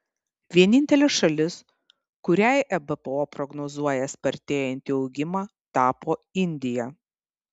vienintelė šalis kuriai ebpo prognozuoja spartėjantį augimą tapo indija